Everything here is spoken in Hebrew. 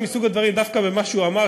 דווקא ממה שהוא אמר,